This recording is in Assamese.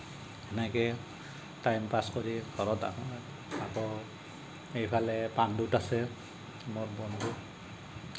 সেনেকেই টাইম পাছ কৰি ঘৰত আহোঁ আৰু আকৌ এইফালে পাণ্ডুত আছে মোৰ বন্ধু